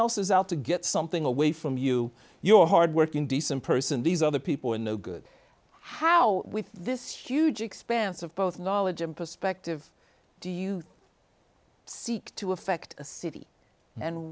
else is out to get something away from you your hardworking decent person these other people in no good how with this huge expanse of both knowledge and perspective do you seek to affect a city and